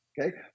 okay